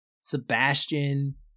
Sebastian